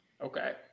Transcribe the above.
Okay